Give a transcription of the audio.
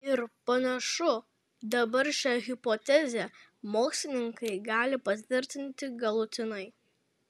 ir panašu dabar šią hipotezę mokslininkai gali patvirtinti galutinai